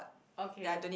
okay